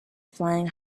flying